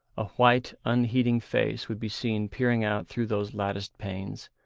a white, unheeding face would be seen peering out through those latticed panes,